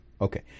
Okay